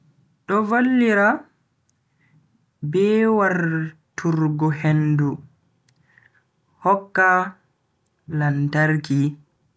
Do vallira be wartuggo hendu hokka lantarki.